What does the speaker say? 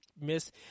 miss